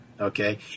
Okay